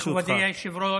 מכובדי היושב-ראש,